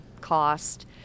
cost